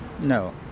No